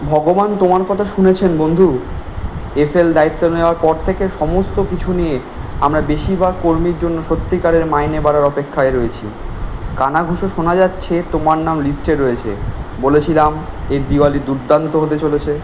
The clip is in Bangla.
ভগবান তোমার কথা শুনেছেন বন্ধু এফএল দায়িত্ব নেওয়ার পর থেকে সমস্ত কিছু নিয়ে আমরা বেশিরভাগ কর্মীর জন্য সত্যিকারের মাইনে বাড়ার অপেক্ষায় রয়েছি কানাঘুষো শোনা যাচ্ছে তোমার নাম লিস্টে রয়েছে বলেছিলাম এই দিওয়ালি দুর্দান্ত হতে চলেছে